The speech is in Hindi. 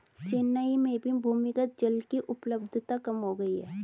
चेन्नई में भी भूमिगत जल की उपलब्धता कम हो गई है